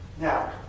Now